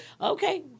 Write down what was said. Okay